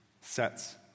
sets